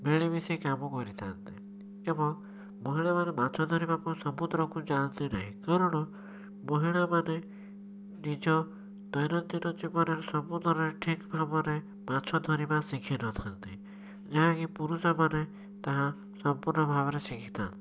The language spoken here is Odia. ମିଳିମିଶି କାମ କରିଥାନ୍ତି ଏବଂ ମହିଳାମାନେ ମାଛ ଧରିବାକୁ ସମୁଦ୍ରକୁ ଯାଆନ୍ତି ନାହିଁ କାରଣ ମହିଳାମାନେ ନିଜ ଦୈନନ୍ଦିନ ଜୀବନରେ ସବୁଥିରେ ଠିକ ଭାବରେ ମାଛ ଧରିବା ଶିଖିନଥାନ୍ତି ଯାହାକି ପୁରୁଷମାନେ ତାହା ସମ୍ପୂର୍ଣ ଭାବରେ ଶିଖିଥାଆନ୍ତି